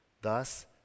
Thus